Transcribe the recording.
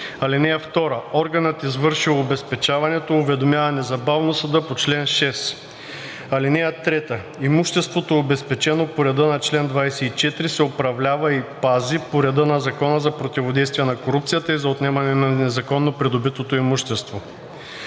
чл. 11. (2) Органът, извършил обезпечаването, уведомява незабавно съда по чл. 6. (3) Имуществото, обезпечено по реда на чл. 24, се управлява и пази по реда на Закона за противодействие на корупцията и за отнемане на незаконно придобитото имущество.